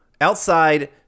outside